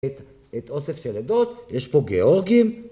‫את אוסף של עדות, ‫יש פה גיאורגים